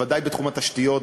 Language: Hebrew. בוודאי בתחום התשתיות,